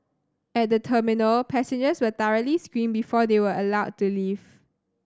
at the terminal passengers were thoroughly screened before they were allowed to leave